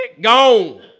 Gone